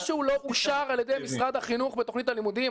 משהו לא אושר על ידי משרד החינוך בתכנית הלימודים?